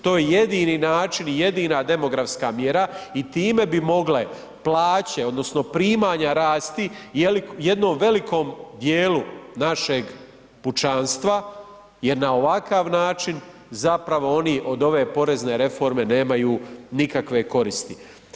To je jedini način i jedina demografska mjera i time bi mogle plaće odnosno primanja rasti jednom velikom dijelu našeg pučanstva jer na ovakav način oni od ove porezne reforme nemaju nikakve koristi.